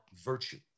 virtue